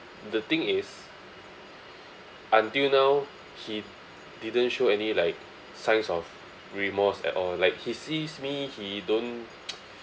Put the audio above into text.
the thing is until now he didn't show any like signs of remorse at all like he sees me he don't